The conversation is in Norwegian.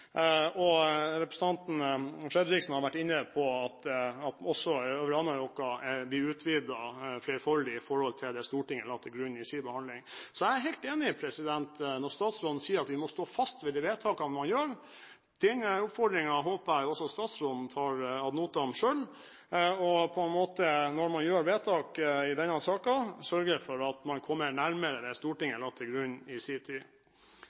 tiden. Representanten Fredriksen har vært inne på at også Øvre Anárjohka er blitt utvidet flerfoldige ganger i forhold til det Stortinget la til grunn i sin behandling. Så jeg er enig med statsråden når han sier at vi må stå fast ved de vedtakene man gjør. Denne oppfordringen håper jeg også statsråden selv tar ad notam på den måten at når man gjør vedtak i denne saken, sørger man for å komme nærmere det Stortinget la til grunn i